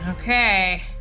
Okay